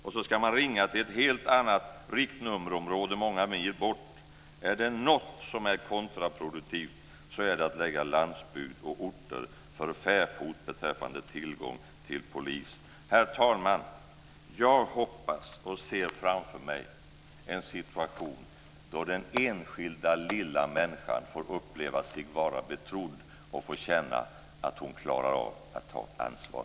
Och så ska man ringa till ett helt annat riktnummerområde många mil bort. Är det något som är kontraproduktivt så är det att lägga landsbygd och orter för fäfot beträffande tillgång till polis. Herr talman! Jag hoppas och ser framför mig en situation där den enskilda lilla människan får uppleva att vara sig betrodd och får känna att hon klarar av att ta ansvar.